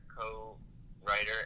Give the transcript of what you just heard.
co-writer